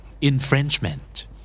infringement